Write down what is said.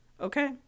okay